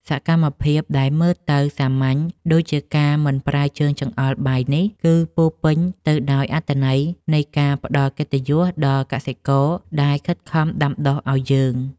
សកម្មភាពដែលមើលទៅសាមញ្ញដូចជាការមិនប្រើជើងចង្អុលបាយនេះ គឺ ពោរពេញទៅដោយអត្ថន័យនៃការផ្តល់កិត្តិយសដល់កសិករដែលខិតខំដាំដុះឱ្យយើង។